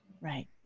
Right